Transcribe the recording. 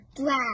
Drag